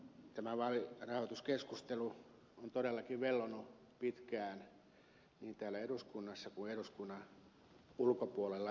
tämä vaalirahoituskeskustelu on todellakin vellonut pitkään niin täällä eduskunnassa kuin ennen kaikkea eduskunnan ulkopuolella